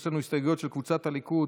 יש לנו הסתייגויות של קבוצת סיעת הליכוד,